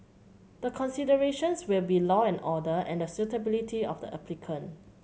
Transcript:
the considerations will be law and order and the suitability of the applicant